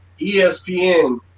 ESPN